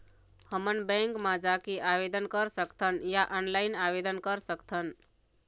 हमन बैंक मा जाके आवेदन कर सकथन या ऑनलाइन आवेदन कर सकथन?